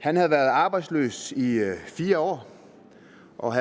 Han havde været arbejdsløs i 4 år og